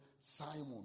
Simon